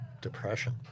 depression